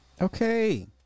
Okay